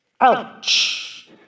Ouch